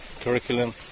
curriculum